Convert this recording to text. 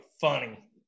funny